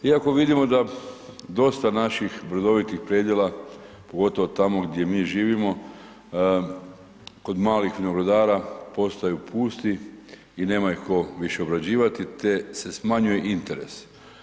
Iako vidimo da dosta naših brdovitih predjela, pogotovo tamo gdje mi živimo kod malih vinogradara postaju pusti i nema ih tko više obrađivati te se smanjuje interes.